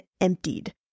emptied